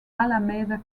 alameda